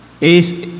¿Es